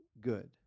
Good